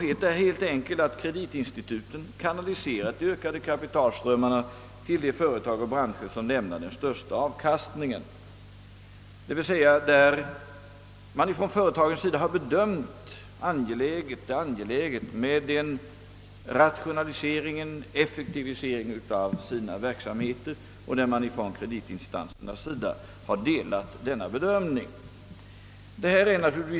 Detta beror helt enkelt på att kreditinstituten kanaliserat de ökade kapitalströmmarna till de företag och branscher där kapitalet ger den största avkastningen, d.v.s. de företag som bedömt det som angeläget med en rationalisering och en effektivisering av verksamheten, givetvis under förutsättning att kreditinstituten i fråga delat denna bedömning.